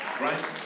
Right